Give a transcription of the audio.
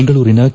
ಬೆಂಗಳೂರಿನ ಕೆ